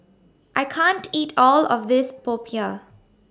I can't eat All of This Popiah